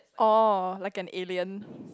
oh like an alien